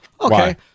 Okay